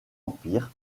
empire